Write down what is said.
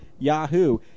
Yahoo